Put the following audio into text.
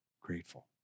Grateful